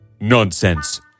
Nonsense